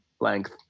length